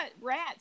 rats